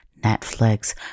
netflix